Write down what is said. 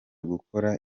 gukora